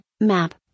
Map